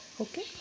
Okay